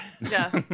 yes